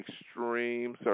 extreme